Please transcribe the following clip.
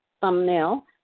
thumbnail